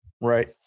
Right